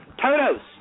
Todos